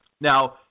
Now